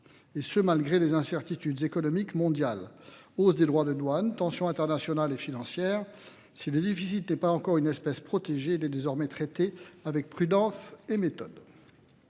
et ce malgré les incertitudes économiques mondiales, hausse des droits de douane, tension internationale et financière, si le déficit n'est pas encore une espèce protégée et l'est désormais traité avec prudence et méthode.